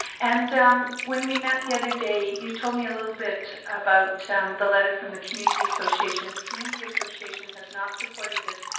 and when we met the other day, you told me a little bit about the letter from the community association. the community association has not supported this.